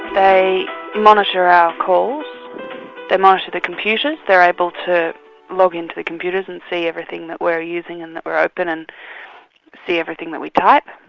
they monitor our calls, they monitor the computers, they're able to log into the computers and see everything that we're using and that were open and see everything that we type,